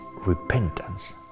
repentance